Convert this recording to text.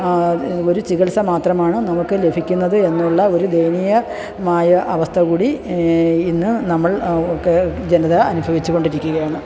ഒരു ചികിത്സ മാത്രമാണ് നമുക്ക് ലഭിക്കുന്നത് എന്നുള്ള ഒരു ദയനീയ മായ അവസ്ഥ കൂടി ഇന്ന് നമ്മൾ ഒക്കെ ജനത അനുഭവിച്ച് കൊണ്ടിരിക്കുകയാണ്